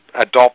adopt